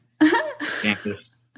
campus